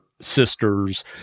sisters